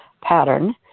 pattern